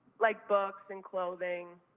like books, and clothing.